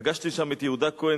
פגשתי שם את יהודה כהן,